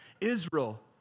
Israel